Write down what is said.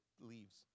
leaves